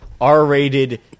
R-rated